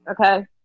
Okay